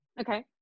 Okay